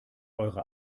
eure